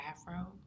afro